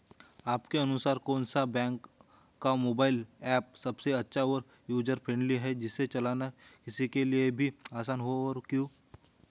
आपके अनुसार कौन से बैंक का मोबाइल ऐप सबसे अच्छा और यूजर फ्रेंडली है जिसे चलाना किसी के लिए भी आसान हो और क्यों?